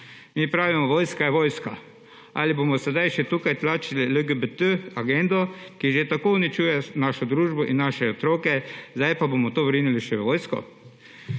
Mi pravimo, vojska je vojska. Ali bomo sedaj še tukaj plačali agendo LGBT, ki že tako uničuje našo družbo in naše otroke, bomo zdaj to vrinili še v vojsko?